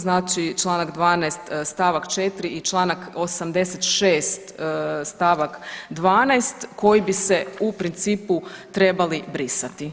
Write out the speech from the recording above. Znači Članak 12. stavak 4. i Članak 86. stavak 12., koji bi se u principu trebali brisati.